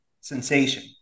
sensation